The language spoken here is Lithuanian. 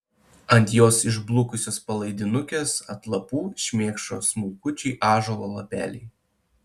ant jos išblukusios palaidinukės atlapų šmėkšo smulkučiai ąžuolo lapeliai